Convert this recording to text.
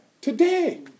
Today